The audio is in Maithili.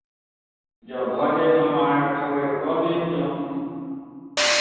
जँ भऽ जाइए तऽ हम अहाँकेँ खबरि कऽ देब जे हम